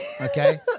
Okay